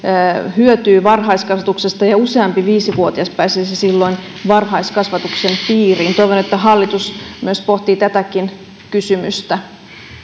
hyötyy varhaiskasvatuksesta ja useampi viisi vuotias pääsisi silloin varhaiskasvatuksen piiriin toivon että hallitus pohtii tätäkin kysymystä